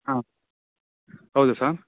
ಹಾಂ ಹೌದು ಸಾ